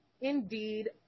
Indeed